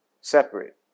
separate